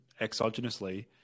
exogenously